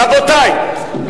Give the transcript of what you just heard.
רבותי,